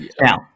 Now